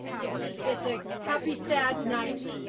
it's it's a happy sad night,